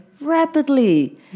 rapidly